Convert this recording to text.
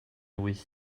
wyth